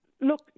Look